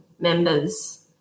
members